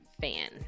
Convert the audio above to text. fan